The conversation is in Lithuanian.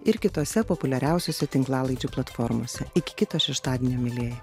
ir kitose populiariausiose tinklalaidžių platformose iki kito šeštadienio mielieji